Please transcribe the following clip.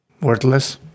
Worthless